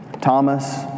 Thomas